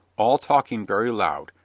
all talking very loud,